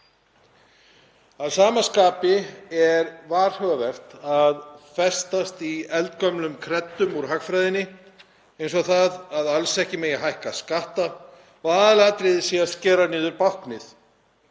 Að sama skapi er varhugavert að festast í eldgömlum kreddum úr hagfræðinni eins og að alls ekki megi hækka skatta og aðalatriðið sé að skera niður báknið.